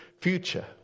future